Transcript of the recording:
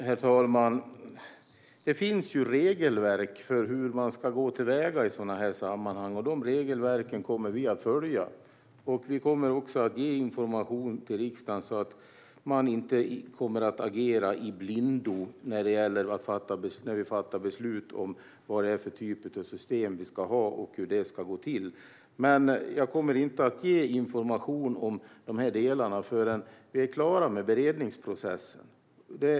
Herr talman! Det finns regelverk för hur man ska gå till väga i sådana här sammanhang, och dem kommer vi att följa. Vi kommer också att ge information till riksdagen så att man inte kommer att agera i blindo när det gäller att fatta beslut om vilken typ av system vi ska ha och hur det ska gå till. Men jag kommer inte att ge information om dessa delar förrän vi är klara med beredningsprocessen.